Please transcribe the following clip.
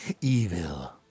Evil